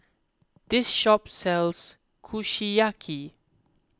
this shop sells Kushiyaki